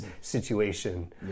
situation